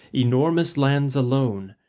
enormous lands alone,